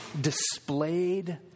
displayed